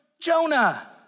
Jonah